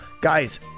Guys